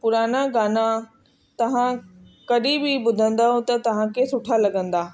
पुराणा गाना तव्हां कॾहिं बि ॿुधंदव त तव्हांखे सुठा लॻंदा